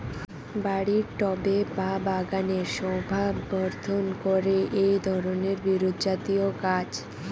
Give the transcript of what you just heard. বাড়ির টবে বা বাগানের শোভাবর্ধন করে এই ধরণের বিরুৎজাতীয় গাছ